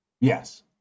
Yes